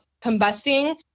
combusting